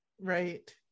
Right